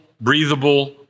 breathable